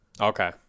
Okay